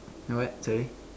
what sorry